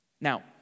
Now